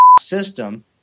system